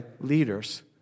leaders